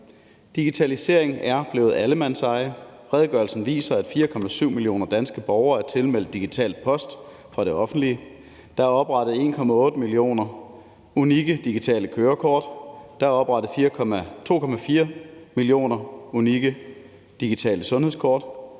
Digitalisering er blevet allemandseje. Redegørelsen viser, at 4,7 millioner danske borgere er tilmeldt digital post fra det offentlige. Der er oprettet 1,8 millioner unikke digitale kørekort. Der er oprettet 2,4 millioner unikke digitale sundhedskort.